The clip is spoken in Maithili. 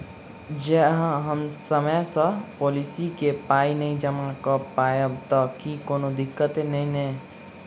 जँ हम समय सअ पोलिसी केँ पाई नै जमा कऽ पायब तऽ की कोनो दिक्कत नै नै?